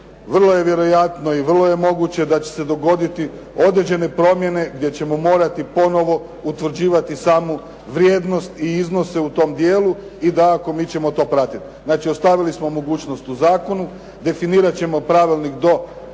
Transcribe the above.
Vrlo je vjerojatno i vrlo je moguće da će se dogoditi određene promjene gdje ćemo morati ponovo utvrđivati samu vrijednost i iznose u tom dijelu i dakako mi ćemo to pratiti. Znači ostavili smo mogućnost u zakonu, definirat ćemo pravilnik do 6.